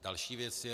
Další věc.